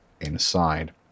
inside